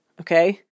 Okay